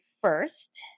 first